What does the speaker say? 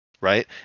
right